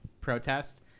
protest